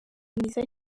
mwiza